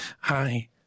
Hi